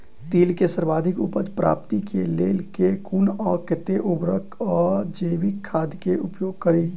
तिल केँ सर्वाधिक उपज प्राप्ति केँ लेल केँ कुन आ कतेक उर्वरक वा जैविक खाद केँ उपयोग करि?